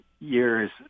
years